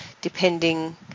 depending